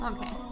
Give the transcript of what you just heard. Okay